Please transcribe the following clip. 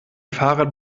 fahrrad